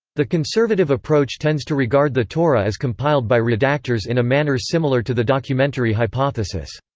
the conservative approach tends to regard the torah as compiled by redactors in a manner similar to the documentary hypothesis.